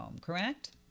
correct